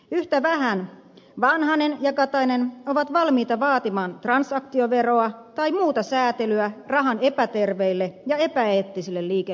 yhtä vähän vanhanen ja katainen ovat valmiita vaatimaan transaktioveroa tai muuta sääntelyä rahan epäterveelle ja epäeettiselle liikehdinnälle